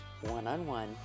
one-on-one